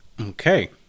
Okay